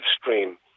stream